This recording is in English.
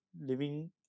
living